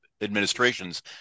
administrations